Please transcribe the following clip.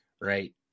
right